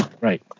Right